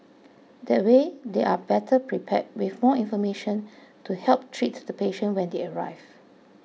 that way they are better prepared with more information to help treat the patient when they arrive